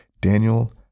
Daniel